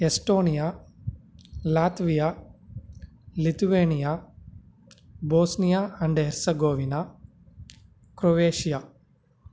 Estonia Latvia Lithuania Bosnia and Herzegovina Croatia